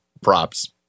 Props